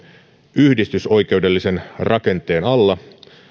yhdistysoikeudellisen rakenteen alla